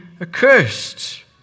accursed